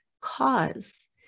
cause